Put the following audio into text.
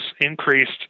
increased